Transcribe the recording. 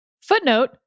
Footnote